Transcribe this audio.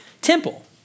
temple